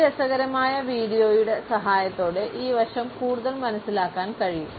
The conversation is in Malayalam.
ഈ രസകരമായ വീഡിയോയുടെ സഹായത്തോടെ ഈ വശം കൂടുതൽ മനസിലാക്കാൻ കഴിയും